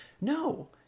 No